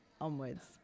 onwards